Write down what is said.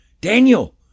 Daniel